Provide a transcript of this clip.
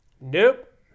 Nope